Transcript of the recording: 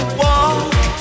walk